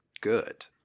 good